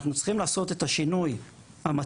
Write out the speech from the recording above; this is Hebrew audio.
אנחנו צריכים לעשות את השינוי המתאים,